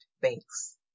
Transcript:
Banks